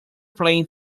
playing